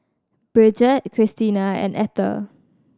Brigette Cristina and Ether